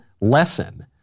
lesson